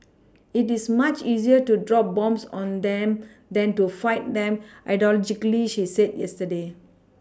it is much easier to drop bombs on them than to fight them ideologically she said yesterday